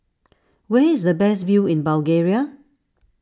where is the best view in Bulgaria